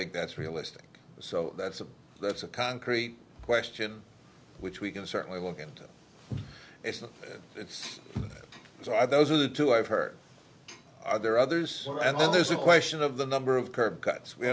think that's realistic so that's a that's a concrete question which we can certainly look into it which are those are the two i've heard are there others and then there's a question of the number of curb cuts we